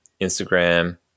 Instagram